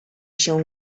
się